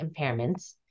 impairments